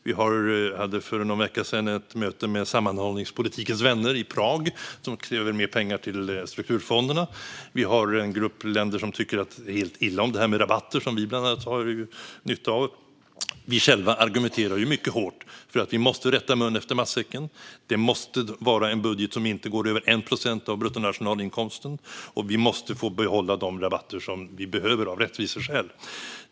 Vi hade för någon vecka sedan ett möte med sammanhållningspolitikens vänner i Prag, som kräver mer pengar till strukturfonderna. Vi har en grupp länder som tycker illa om det här med rabatter, som bland andra Sverige har nytta av. Vi själva argumenterar mycket hårt för att vi måste rätta mun efter matsäcken. Det måste vara en budget som inte går över 1 procent av bruttonationalinkomsten, och vi måste få behålla de rabatter som vi behöver av rättviseskäl.